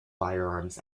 firearms